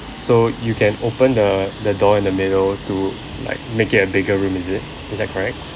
so you can open the the door in the middle to like make it a bigger room is it is that correct